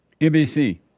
NBC